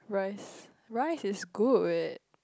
rice rice is good